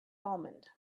almond